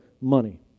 money